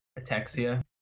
Ataxia